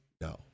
No